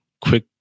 quick